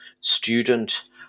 student